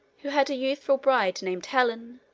who had a youthful bride named helen,